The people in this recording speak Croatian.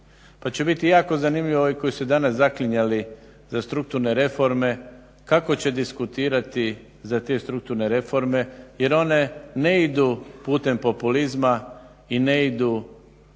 pa će biti jako zanimljivo ovi koji su se danas zaklinjali za strukturne reforme kako će diskutirati za te strukturne reforme jer one ne idu putem populizma i ne idu